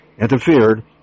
interfered